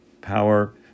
power